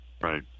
right